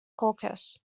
caucus